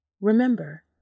Remember